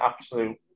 absolute